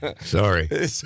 Sorry